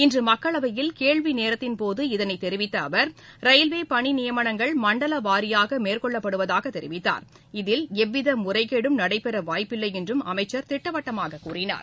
இன்று மக்களவையில் கேள்விநேரத்தின்போது இதனை தெரிவித்த அவர் ரயில்வே பணி நியமனங்கள் மண்டல வாரியாக மேற்கொள்ளப்படுவதாக தெரிவித்தார் இதில் எவ்வித முறைகேடும் நடைபெற வாய்ப்பில்லை என்றும் அமைச்சர் திட்டவட்டமாக கூறினார்